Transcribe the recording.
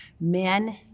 Men